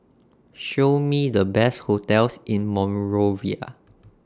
Show Me The Best hotels in Monrovia